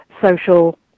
social